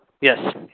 Yes